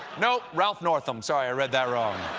no! ralph northam. sorry, i read that wrong.